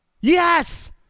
Yes